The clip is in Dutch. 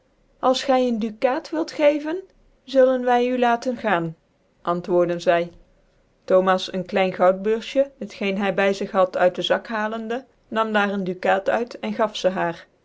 als gy een ducaat wilt eevcn zullen wy it laten gaan antwoorde zy thomas een klein goudbeursje t geen hy by zig had uit den zak halende nam daar een ducaat uit en gaf ze haar